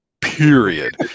Period